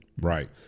right